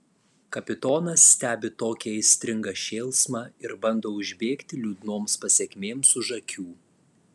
kapitonas stebi tokį aistringą šėlsmą ir bando užbėgti liūdnoms pasekmėms už akių